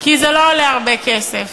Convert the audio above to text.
כי זה לא עולה הרבה כסף.